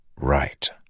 Right